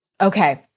Okay